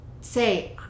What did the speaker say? say